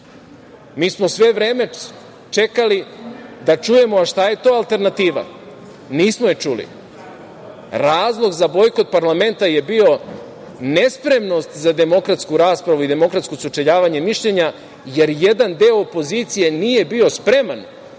Mi smo sve vreme čekali da čujemo šta je to alternativa. Nismo je čuli. Razlog za bojkot parlamenta je bio nespremnost za demokratsku raspravu i demokratsko sučeljavanje mišljenja, jer jedan deo opozicije nije bio spreman